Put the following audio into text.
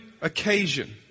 occasion